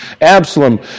Absalom